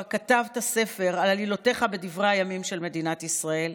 כתבת ספר על עלילותיך בדברי הימים של מדינת ישראל,